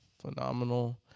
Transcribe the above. phenomenal